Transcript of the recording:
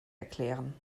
erklären